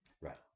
Right